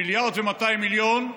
מיליארד ו-200 מיליון,